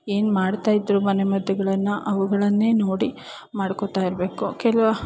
ಏನು ಮಾಡ್ತಾಯಿದ್ದರು ಮನೆ ಮದ್ದುಗಳನ್ನು ಅವುಗಳನ್ನೆ ನೋಡಿ ಮಾಡ್ಕೋತಾ ಇರಬೇಕು ಕೆಲವು